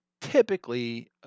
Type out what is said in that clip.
typically